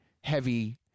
heavy